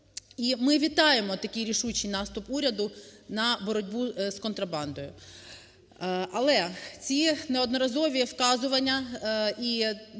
І ми вітаємо такий рішучий наступ уряду на боротьбу з контрабандою. Але ці неодноразові вказування…і ми